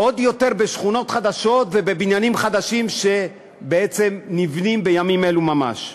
עוד יותר בשכונות חדשות ובבניינים חדשים שבעצם נבנים בימים אלו ממש,